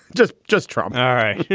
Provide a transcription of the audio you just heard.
just. just trump. all right